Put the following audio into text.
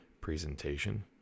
presentation